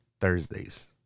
Thursdays